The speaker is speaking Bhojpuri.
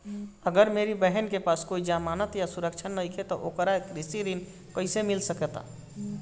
अगर मेरी बहन के पास कोई जमानत या सुरक्षा नईखे त ओकरा कृषि ऋण कईसे मिल सकता?